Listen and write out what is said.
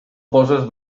poses